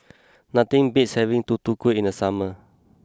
nothing beats having Tutu Kueh in the summer